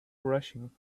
rushing